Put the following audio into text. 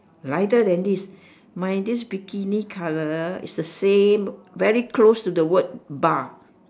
lighter than this my this bikini colour is the same very close to the word bar